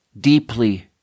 deeply